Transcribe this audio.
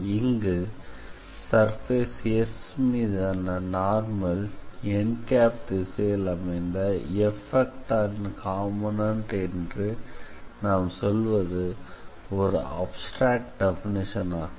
இங்கு surface S மீதான normal n திசையில் அமைந்த F ன் காம்போனண்ட் என்று நாம் சொல்வது ஒரு அப்ஸ்ட்ராக்ட் டெஃபினிஷன் ஆகும்